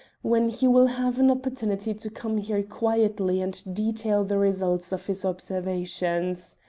when he will have an opportunity to come here quietly and detail the results of his observations.